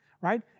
right